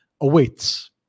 awaits